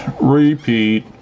Repeat